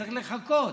צריך לחכות.